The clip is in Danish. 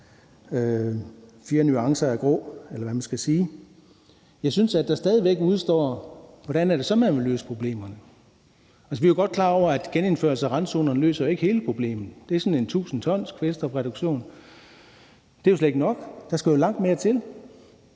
fire nuancer af grå, eller hvad man skal sige. Jeg synes, at der stadig væk udestår, hvordan det så er, man vil løse problemerne. Altså, vi er jo godt klar over, at en genindførelse af randzonerne ikke løser hele problemet. Det er sådan en 1.000-tonkvælstofreduktion, og det er jo slet ikke nok. Der skal langt mere til,